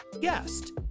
guest